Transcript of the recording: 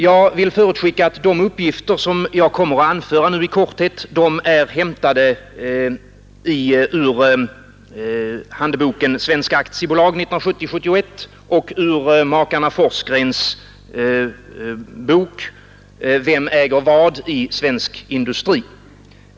Jag vill förutskicka att de uppgifter som jag nu kommer att anföra i korthet är hämtade ur handboken Svenska aktiebolag 1970/71 och ur makarna Forsgrens bok ”Vem äger vad i svensk industri”.